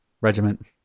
regiment